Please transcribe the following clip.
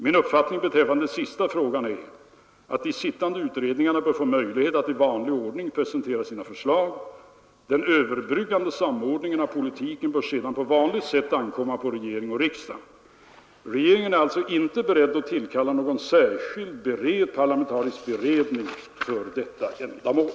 Min uppfattning beträffande den sista frågan är att de sittande utredningarna bör få möjlighet att i vanlig ordning presentera sina förslag. Den överbryggande samordningen av politiken bör sedan på vanligt sätt ankomma på regering och riksdag. Regeringen är alltså inte beredd att tillkalla någon särskild parlamentarisk beredning för detta ändamål.